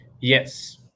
Yes